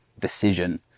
decision